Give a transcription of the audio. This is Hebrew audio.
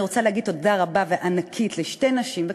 אני רוצה להגיד תודה רבה וענקית לשתי נשים,